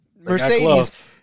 Mercedes